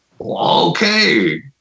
okay